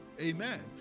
Amen